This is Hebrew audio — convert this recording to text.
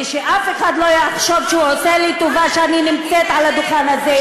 ושאף אחד לא יחשוב שהוא עושה לי טובה שאני נמצאת על הדוכן הזה.